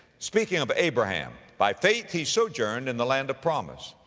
speaking of abraham, by faith he sojourned in the land of promise,